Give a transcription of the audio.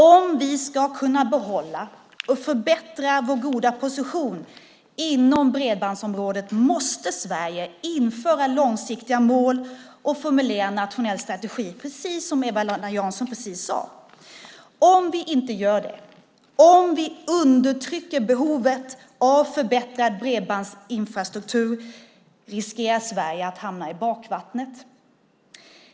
Om vi ska kunna behålla och förbättra vår goda position inom bredbandsområdet måste Sverige införa långsiktiga mål och formulera en nationell strategi, precis som Eva-Lena Jansson sade. Om vi inte gör det och om vi undertrycker behovet av förbättrad bredbandsinfrastruktur riskerar Sverige att hamna i bakvattnet.